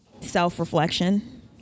Self-reflection